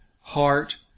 heart